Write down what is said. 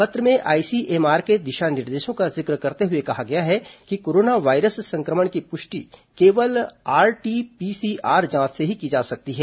पत्र में आईसीएमआर के दिशा निर्देशों का जिक्र करते हुए कहा गया है कि कोरोना वायरस संक्रमण की पुष्टि केवल आरटीपीसीआर जांच से ही की जा सकती है